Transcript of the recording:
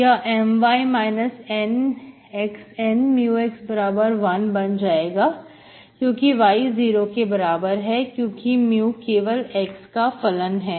यह My NxN μx1 बन जाएगा क्योंकि y 0 के बराबर है क्योंकि mu केवल x का फलन है